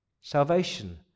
salvation